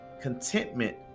Contentment